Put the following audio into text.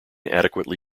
adequately